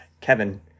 Kevin